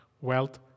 wealth